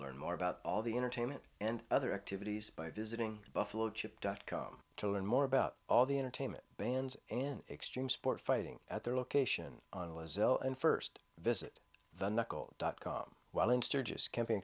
learn more about all the entertainment and other activities by visiting buffalo chip dot com to learn more about all the entertainment bans in extreme sport fighting at their location on was ill and first visit the knuckle dot com while in sturgis